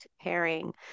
pairing